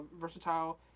versatile